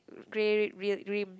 grey ri~ rim